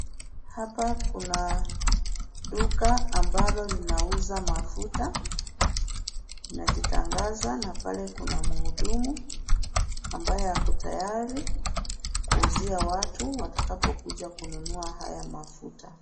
Hapa kuna duka ambalo linauza mafuta linajitangaza na pale kuna mhudumu ambaye ako tayari kuuzia watu watakapkuja kununua haya mafuta.